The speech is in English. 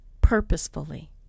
purposefully